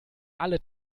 alle